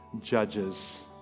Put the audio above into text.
judges